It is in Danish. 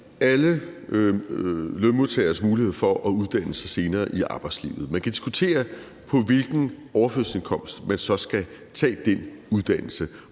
alle lønmodtageres mulighed for at uddanne sig senere i arbejdslivet. Man kan diskutere, på hvilken overførselsindkomst man så skal tage den uddannelse,